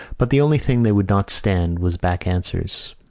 but the only thing they would not stand was back answers.